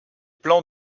plans